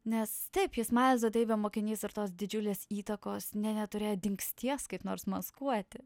nes taip jis mailzo deivio mokinys ir tos didžiulės įtakos nei neturėjo dingsties kaip nors maskuoti